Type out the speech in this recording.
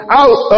out